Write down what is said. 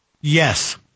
Yes